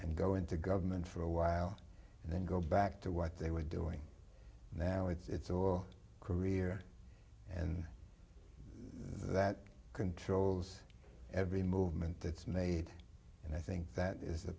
and go into government for a while and then go back to what they were doing now it's all career and that controls every movement that's made and i think that is